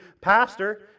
pastor